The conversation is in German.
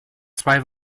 zwei